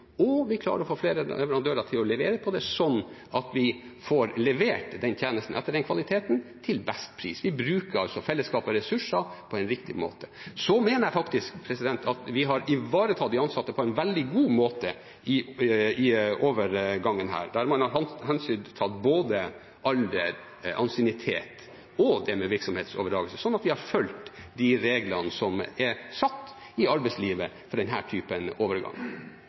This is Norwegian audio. og vi klarer å få flere leverandører til å levere på det, sånn at vi får levert den tjenesten med den kvaliteten til best pris. Vi bruker altså fellesskapets ressurser på en riktig måte. Så mener jeg faktisk at vi har tatt vare på de ansatte på en veldig god måte i overgangen her, der man har tatt hensyn til både alder, ansiennitet og det med virksomhetsoverdragelse. Så vi har fulgt de reglene som er satt i arbeidslivet for denne typen overgang.